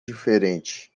diferente